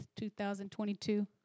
2022